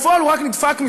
בפועל הוא רק נדפק מזה.